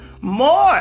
more